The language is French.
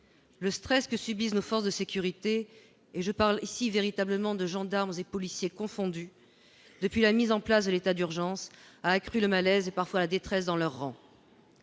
Le stress que subissent nos forces de sécurité- gendarmes et policiers confondus -depuis la mise en place de l'état d'urgence a accru le malaise et parfois la détresse dans leurs rangs.